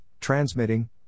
transmitting